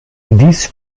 dies